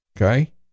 Okay